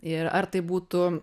ir ar tai būtų